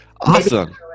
Awesome